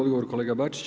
Odgovor kolega Bačić.